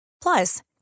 Plus